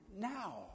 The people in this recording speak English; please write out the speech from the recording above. now